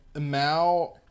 Mao